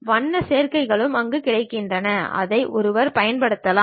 வண்ண சேர்க்கைகளும் அங்கு கிடைக்கின்றன அதை ஒருவர் பயன்படுத்தலாம்